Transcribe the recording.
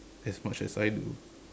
as much as I do